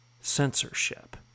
censorship